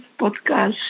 podcast